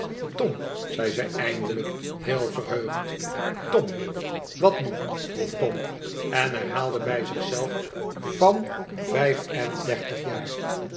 tom zei zij eindelijk heel verheugd tom wat nu vroeg tom en herhaalde bij zich zelf van vijf en dertig jaar